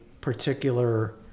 particular